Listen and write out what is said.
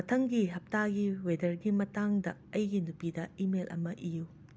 ꯃꯊꯪꯒꯤ ꯍꯞꯇꯥꯒꯤ ꯋꯦꯗꯔꯒꯤ ꯃꯇꯥꯡꯗ ꯑꯩꯒꯤ ꯅꯨꯄꯤꯗ ꯏꯃꯦꯜ ꯑꯃ ꯏꯌꯨ